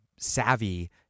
savvy